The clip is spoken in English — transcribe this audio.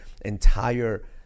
entire